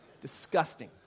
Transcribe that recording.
Disgusting